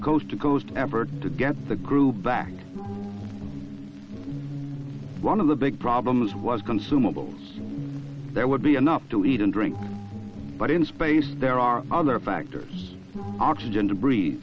coast to coast effort to get the group back one of the big problems was consumables there would be enough to eat and drink but in space there are other factors oxygen to breathe